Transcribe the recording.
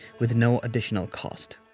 with no additional cost.